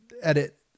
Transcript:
edit